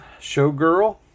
showgirl